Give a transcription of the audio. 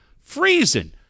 freezing